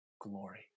glory